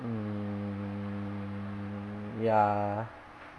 mm ya